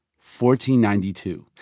1492